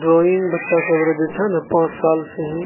drawing बच्चासभ रऽ जे छै नऽ पाँच सालसे ही